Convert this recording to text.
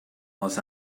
los